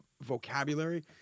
vocabulary